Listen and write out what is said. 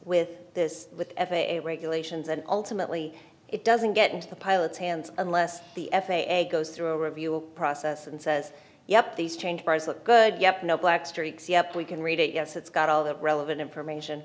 with this with f a a regulations and ultimately it doesn't get into the pilot's hands unless the f a a goes through a review process and says yep these changed cars look good yep no black streaks yep we can read it yes it's got all that relevant information